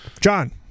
John